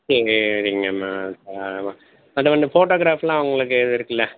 சரிங்கம்மா ஆமாம் அந்த கொஞ்சம் ஃபோட்டோகிரஃபெல்லாம் உங்களுக்கு இது இருக்கில்ல